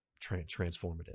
transformative